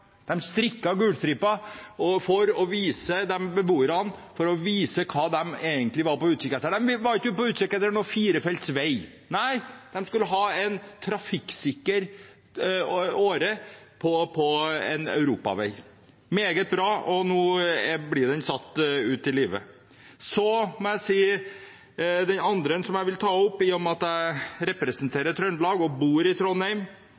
for å vise hva de egentlig var ute etter. De var ikke ute etter en firefelts vei – nei, de skulle ha en trafikksikker åre på en europavei. Meget bra, og nå blir det satt ut i livet. Så til det andre jeg vil ta opp: I og med at jeg representerer Trøndelag, bor i Trondheim